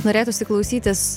norėtųsi klausytis